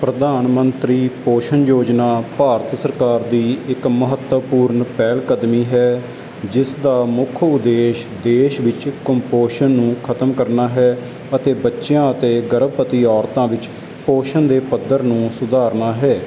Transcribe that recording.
ਪ੍ਰਧਾਨ ਮੰਤਰੀ ਪੋਸ਼ਣ ਯੋਜਨਾ ਭਾਰਤ ਸਰਕਾਰ ਦੀ ਇੱਕ ਮਹੱਤਵਪੂਰਨ ਪਹਿਲਕਦਮੀ ਹੈ ਜਿਸ ਦਾ ਮੁੱਖ ਉਦੇਸ਼ ਦੇਸ਼ ਵਿੱਚ ਕੁਪੋਸ਼ਣ ਨੂੰ ਖਤਮ ਕਰਨਾ ਹੈ ਅਤੇ ਬੱਚਿਆਂ ਅਤੇ ਗਰਭਵਤੀ ਔਰਤਾਂ ਵਿੱਚ ਪੋਸ਼ਣ ਦੇ ਪੱਧਰ ਨੂੰ ਸੁਧਾਰਨਾ ਹੈ